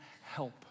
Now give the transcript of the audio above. help